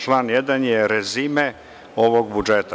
Član 1. je rezime ovog budžeta.